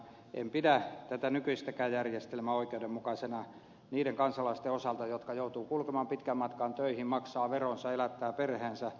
en pidä tätä nykyistäkään järjestelmää oikeudenmukaisena niiden kansalaisten osalta jotka joutuvat kulkemaan pitkän matkan töihin maksavat veronsa elättävät perheensä